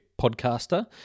podcaster